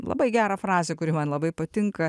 labai gerą frazę kuri man labai patinka